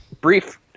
brief